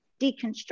deconstruct